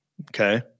okay